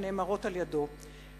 שנאמרות על-ידו,